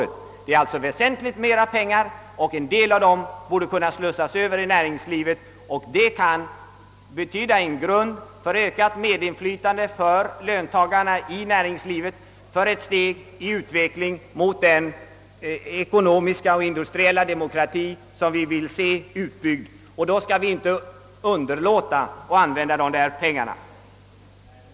Det rör sig alltså om väsentliga belopp, och en del borde kunna slussas över i näringslivet, vilket kunde betyda en grund för ökat medinflytande i näringslivet för löntagarna — ett steg i riktning mot den ekonomiska och industriella demokrati som vi vill se utbyggd. Därför skall vi inte underlåta att använda dessa pengar.